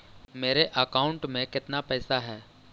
मेरे अकाउंट में केतना पैसा है?